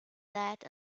that